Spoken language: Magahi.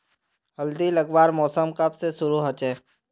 हल्दी लगवार मौसम कब से शुरू होचए?